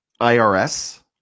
IRS